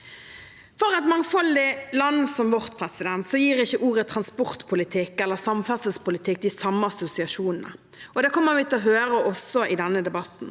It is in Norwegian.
For et mangfoldig land som vårt gir ikke ordet transportpolitikk eller samferdselspolitikk de samme assosiasjonene, og det kommer vi til å høre også i denne debatten.